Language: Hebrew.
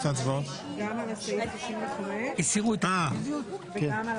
הצבעה גם על סעיף 95 וגם על